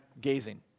gazing